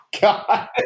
God